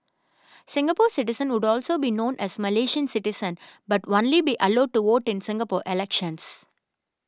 Singapore citizens would also be known as Malaysian citizens but only be allowed to vote in Singapore elections